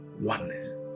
oneness